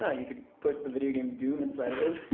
ah you could put the video game, doom inside of it.